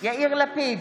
יאיר לפיד,